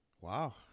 Wow